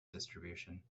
distribution